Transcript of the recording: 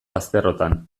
bazterrotan